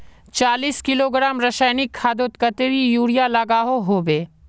चालीस किलोग्राम रासायनिक खादोत कतेरी यूरिया लागोहो होबे?